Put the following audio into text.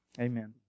Amen